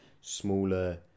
smaller